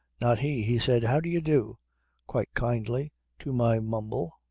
not he. he said how do you do quite kindly to my mumble.